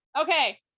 Okay